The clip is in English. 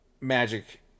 magic